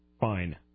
fine